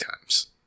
times